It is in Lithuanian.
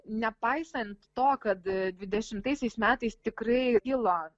nepaisant to kad dvidešimtaisiais metais tikrai kilo